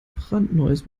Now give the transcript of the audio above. brandneues